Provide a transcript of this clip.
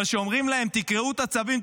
אבל אומרים להם: תקרעו את הצווים,